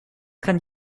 kann